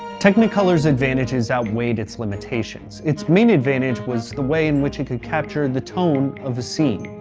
technicolor's advantages outweighed its limitations. it's main advantage was the way in which it could capture and the tone of a scene.